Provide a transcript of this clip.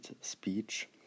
speech